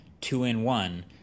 two-in-one